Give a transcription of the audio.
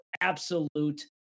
absolute